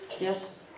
Yes